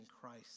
Christ